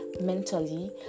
mentally